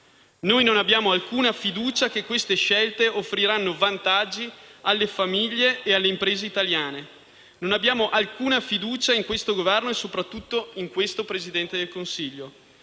Noi non abbiamo alcuna fiducia che queste scelte offriranno vantaggi alle famiglie e alle imprese italiane. Non abbiamo alcuna fiducia in questo Governo e soprattutto nel Presidente del Consiglio.